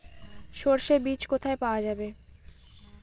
সর্ষে বিজ কোথায় পাওয়া যাবে?